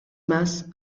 más